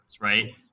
right